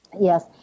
Yes